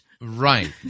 Right